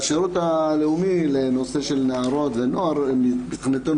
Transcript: השירות הלאומי לנושא של נערות ונוער מבחינתנו